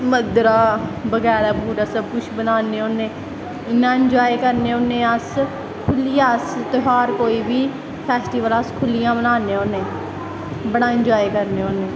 मध्दरा बगैरा बगूरा सब किश बनान्ने होन्ने इन्ना इंजाए करने होने अस खुल्लियै अस ध्यार कोई बी फैस्टिवल अस खुल्लियै बनान्ने होन्ने बड़ा इंजाए करने होन्ने